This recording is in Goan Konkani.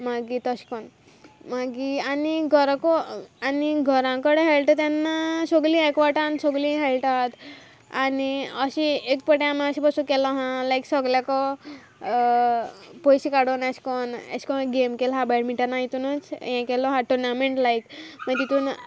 मागीर तशें कोन मागीर आनी घोराको आनी घरा कडेन खेळटा तेन्ना सोगलीं एकवटान सोगलीं खेळटात आनी अशें एक पाटी अशें बसून केलो आहा लायक सोगल्याको पयशे काडून एशें कोन्न एशे को गेम केलो आहा बेटमिंटना हितुनूच हें केलो आहा टुर्नामेंट लायक मागीर तितून